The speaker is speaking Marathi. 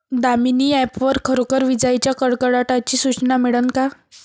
दामीनी ॲप वर खरोखर विजाइच्या कडकडाटाची सूचना मिळन का?